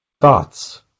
Thoughts